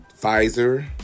Pfizer